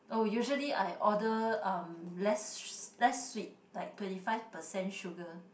oh usually I order uh less less sweet like twenty five percent sugar